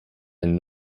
einen